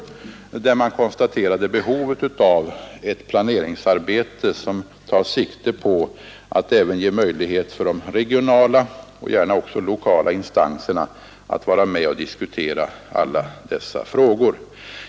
Utskottet konstaterade behovet av ett planeringsarbete som tar sikte på att ge möjlighet för regionala och gärna också lokala instanser att vara med och diskutera dessa angelägenheter.